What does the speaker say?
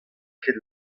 ket